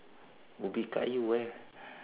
ubi kayu eh